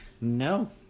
No